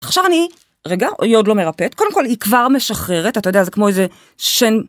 עכשיו אני... רגע, היא עוד לא מרפאת, קודם כל, היא כבר משחררת, את יודעת, זה כמו איזה שן...